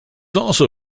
also